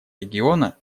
региона